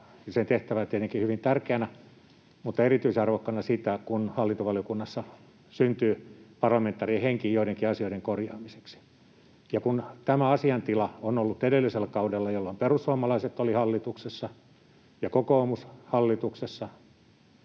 sen tehtäviä tietenkin hyvin tärkeinä, mutta erityisen arvokkaana pidän sitä, kun hallintovaliokunnassa syntyy parlamentaarinen henki joidenkin asioiden korjaamiseksi. Ja kun tämä asiaintila ei ollut edellisellä kaudella — jolloin perussuomalaiset olivat hallituksessa ja kokoomus oli hallituksessa